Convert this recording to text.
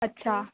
अच्छा